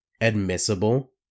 Admissible